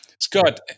Scott